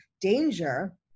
danger